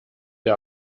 der